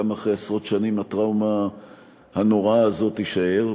גם אחרי עשרות שנים הטראומה הנוראה הזאת תישאר,